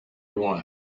want